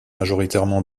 majoritairement